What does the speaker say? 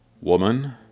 Woman